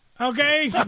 Okay